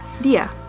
Dia